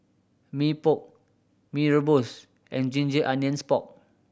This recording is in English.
Mee Pok Mee Rebus and ginger onions pork